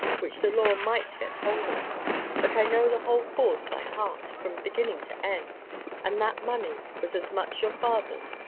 which the law might get hold of but i know the whole cause by heart, from beginning to end and that money was as much your father's,